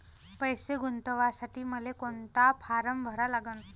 पैसे गुंतवासाठी मले कोंता फारम भरा लागन?